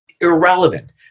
irrelevant